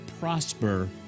prosper